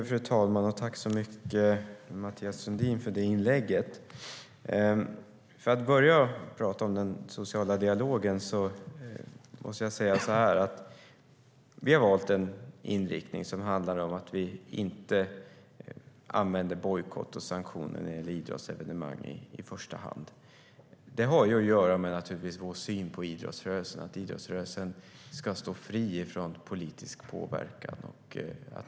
Fru talman! Jag tackar Mathias Sundin för inlägget. Först till den sociala dialogen. Vi har valt en inriktning där vi inte i första hand använder bojkott och sanktioner mot idrottsevenemang. Det har att göra med vår syn på idrottsrörelsen. Idrottsrörelsen ska stå fri från politisk påverkan.